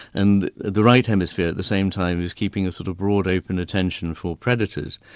and the right hemisphere at the same time is keeping a sort of broad open attention for predators.